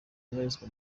ibarizwa